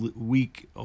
week